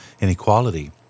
inequality